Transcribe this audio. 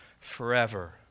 forever